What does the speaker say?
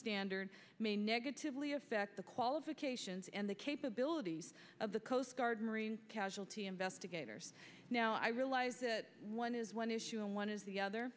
standard may negatively affect the qualifications and the capabilities of the coast guard marine casualty investigators now i realize that one is one issue and one is the other